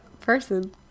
person